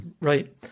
Right